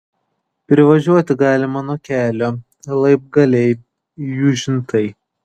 privažiuoti galima nuo kelio laibgaliai jūžintai